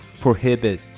prohibit